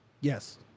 Yes